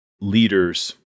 leaders